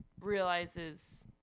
realizes